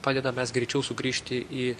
padedam mes greičiau sugrįžti į